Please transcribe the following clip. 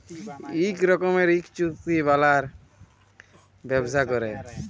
ইক রকমের ইক চুক্তি বালায় ব্যবসা ক্যরে